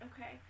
Okay